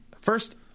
First